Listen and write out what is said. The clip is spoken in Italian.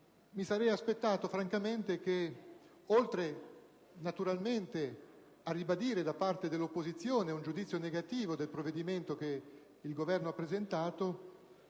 Mi sarei aspettato francamente che, oltre a ribadire da parte dell'opposizione un giudizio negativo del provvedimento che il Governo ha presentato,